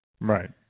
Right